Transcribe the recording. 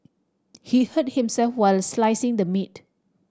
he hurt himself while slicing the meat